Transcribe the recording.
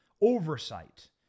oversight